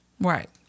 Right